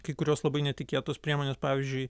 kai kurios labai netikėtos priemonės pavyzdžiui